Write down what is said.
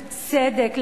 בצדק,